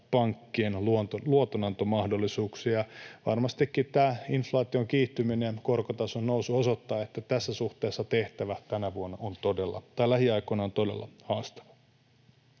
pankkien luotonantomahdollisuuksia. Varmastikin tämä inflaation kiihtyminen ja korkotason nousu osoittavat, että tässä suhteessa tehtävä tänä vuonna tai lähiaikoina on todella haastava.